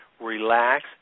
relax